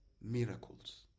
miracles